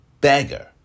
beggar